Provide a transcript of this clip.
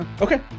Okay